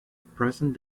present